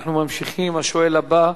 אנחנו ממשיכים עם השואל הבא,